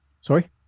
Sorry